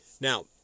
Now